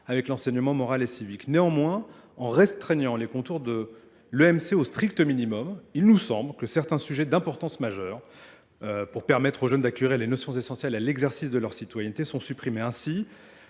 avec l'enseignement moral et civique. Néanmoins, en restreignant les contours de l'EMC au strict minimum, il nous semble que certains sujets d'importance majeure pour permettre aux jeunes d'accueillir les notions essentielles à l'exercice de leur citoyenneté, sont supprimés ainsi.